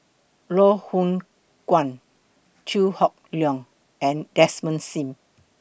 Loh Hoong Kwan Chew Hock Leong and Desmond SIM